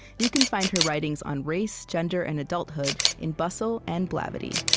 you can find her writings on race, gender, and adulthood in bustle and blavity